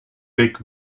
big